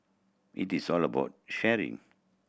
it is all about sharing